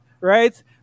right